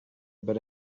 but